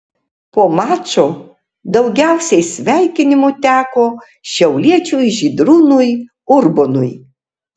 po mačo daugiausiai sveikinimų teko šiauliečiui žydrūnui urbonui